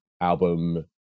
album